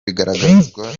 bigaragazwa